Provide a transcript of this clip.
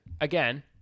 again